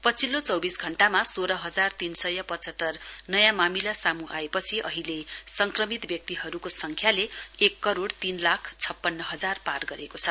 पछिल्लो चौविस घण्टामा सोह्र हजार तीन सय पचहतर नयाँ मामिला सामू आएपछि अहिले संक्रमित व्यक्तिहरूको संख्याले एक करोइ तीन लाख छप्पन्न हजार पार गरेको छ